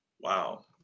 Wow